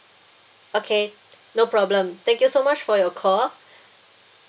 okay no problem thank you so much for your call